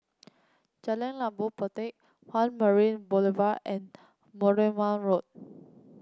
Jalan Labu Puteh One Marina Boulevard and Bournemouth Road